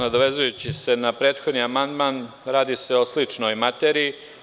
Nadovezujući se na prethodni amandman, radi se o sličnoj materiji.